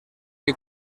que